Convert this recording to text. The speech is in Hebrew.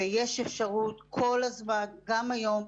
ויש אפשרות כל הזמן, גם היום,